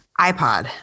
iPod